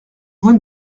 vous